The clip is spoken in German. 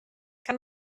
kann